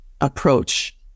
approach